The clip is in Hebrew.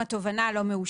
התובענה לא מאושרת.